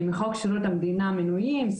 מחוק שירות המדינה מינויים,